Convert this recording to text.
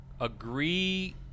agree